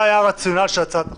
זה היה הרציונל של הצעת החוק,